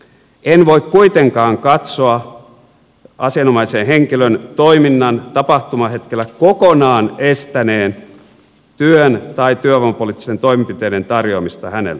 en voi kuitenkaan katsoa asianomaisen henkilön toiminnan tapahtumahetkellä kokonaan estäneen työn tai työvoimapoliittisten toimenpiteiden tarjoamista hänelle